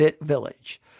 village